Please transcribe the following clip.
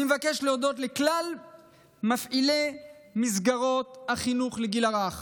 אני מבקש להודות לכל מפעילי מסגרות החינוך לגיל הרך,